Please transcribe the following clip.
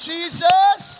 Jesus